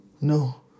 No